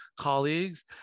colleagues